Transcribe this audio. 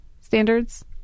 standards